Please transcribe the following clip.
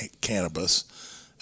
cannabis